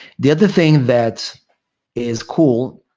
the other thing that is cool